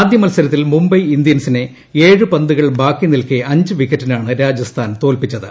ആദ്യമത്സരത്തിൽ മുംബൈ ഇന്ത്യൻസിനെ ഏഴുപന്തുകൾ ബാക്കി നിൽക്കെ അഞ്ച് വിക്കറ്റിനാണ് രാജസ്ഥാൻ തോൽപ്പിച്ചത്